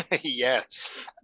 yes